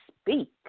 speak